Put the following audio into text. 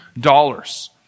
dollars